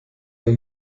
der